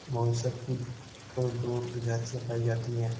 mollusc की तो दो प्रजातियां पाई जाती है